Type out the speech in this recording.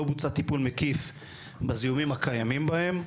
בוצע טיפול מקיף בזיהומים הקיימים בהם.